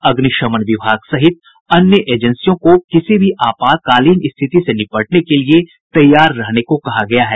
अग्निशमन विभाग सहित अन्य एजेंसियों को भी किसी भी आपातकालीन स्थिति से निपटने के लिए तैयार रहने को कहा गया है